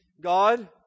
God